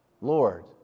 Lord